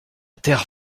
terre